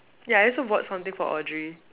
ya I also bought something for Audrey